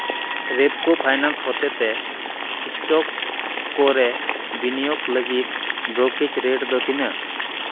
Repco finance ᱦᱚᱛᱮᱛᱮ stock ᱠᱚᱨᱮ ᱵᱤᱱᱤᱭᱳᱜᱽ ᱞᱟᱹᱜᱤᱫ ᱵᱨᱳᱠᱮᱡᱽ ᱨᱮᱴ ᱫᱚ ᱛᱤᱱᱟᱹᱜ